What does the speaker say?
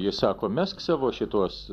jis sako mesk savo šituos